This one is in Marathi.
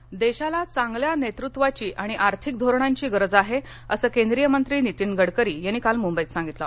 गडकरी देशाला चांगल्या नेतुत्वाची आणि आर्थिक धोरणांची गरज आहे असं केंद्रीय मंत्री नितीन गडकरी यांनी काल मुंबईत सांगितलं